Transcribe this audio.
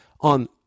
on